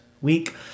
week